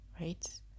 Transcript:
right